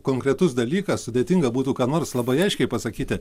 konkretus dalykas sudėtinga būtų ką nors labai aiškiai pasakyti